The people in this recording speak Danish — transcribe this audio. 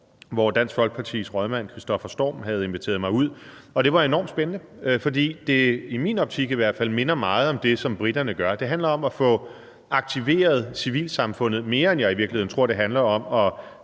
hvor Dansk Folkepartis rådmand Kristoffer Hjort Storm havde inviteret mig ud, og det var enormt spændende, fordi det i hvert fald i min optik minder meget om det, som briterne gør. Det handler om at få aktiveret civilsamfundet, mere end jeg tror det i virkeligheden handler om at